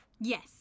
Yes